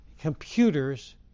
computers